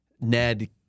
ned